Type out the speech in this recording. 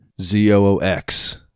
Z-O-O-X